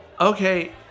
okay